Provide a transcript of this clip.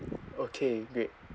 okay great